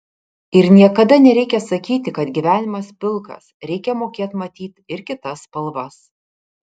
ir niekada nereikia sakyti kad gyvenimas pilkas reikia mokėt matyt ir kitas spalvas